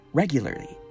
regularly